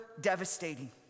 devastating